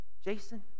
Jason